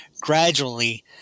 gradually